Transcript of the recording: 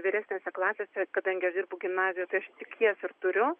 vyresnėse klasėse kadangi aš dirbu gimnazijos ir aš tik jas ir turiu